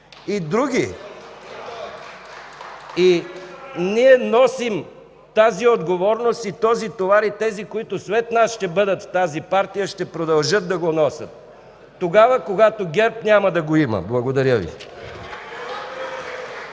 И ние носим тази отговорност и този товар, и тези, които след нас ще бъдат в тази партия, ще продължат да го носят, тогава когато ГЕРБ няма да го има. Благодаря Ви.